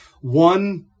one